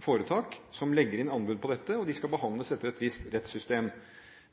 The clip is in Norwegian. foretak som legger inn anbud på dette, og de skal behandles etter et visst rettssystem.